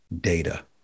data